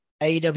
AW